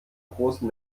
großen